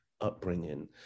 upbringing